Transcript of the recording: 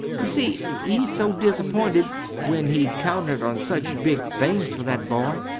you see, he's so disappointed, when he'd counted on such big things for that boy!